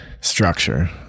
structure